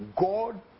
God